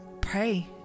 pray